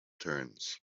turns